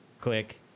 Click